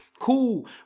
Cool